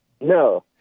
No